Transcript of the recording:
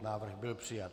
Návrh byl přijat.